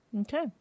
Okay